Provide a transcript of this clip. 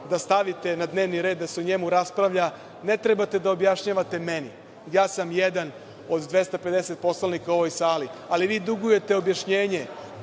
da stavite na dnevni red da se o njemu raspravlja ne treba te da objašnjavate meni, jer ja sam jedan od 250 poslanika u ovoj sali, ali vi dugujete objašnjenje